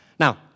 Now